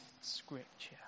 Scripture